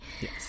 Yes